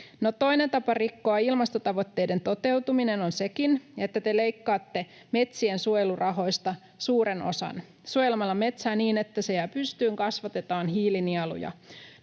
Toinen tapa rikkoa ilmastotavoitteiden toteutuminen on sekin, että te leikkaatte metsien suojelurahoista suuren osan. Suojelemalla metsää niin, että se jää pystyyn, kasvatetaan hiilinieluja.